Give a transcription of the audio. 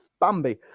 Bambi